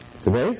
today